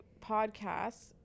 podcasts